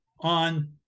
on